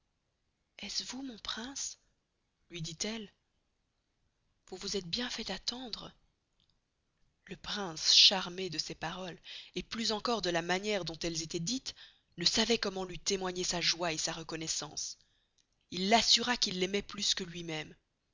vous mon prince luy dit-elle vous vous estes bien fait attendre le prince charmé de ces paroles et plus encore de la maniere dont elles estoient dites ne sçavoit comment luy témoigner sa joye et sa reconnoissance il l'assura qu'il l'aimoit plus que luy mesme